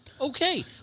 Okay